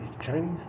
Chinese